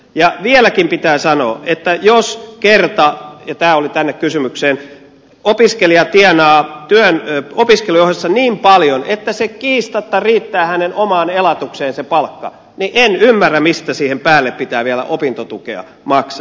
ja vieläkin pitää sanoa että jos kerta ja tämä oli tänne kysymykseen opiskelija tienaa opiskelujen ohessa niin paljon että se palkka kiistatta riittää hänen omaan elatukseensa niin en ymmärrä mistä siihen päälle pitää vielä opintotukea maksaa